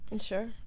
Sure